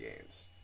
games